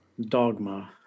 dogma